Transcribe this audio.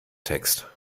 text